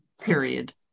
period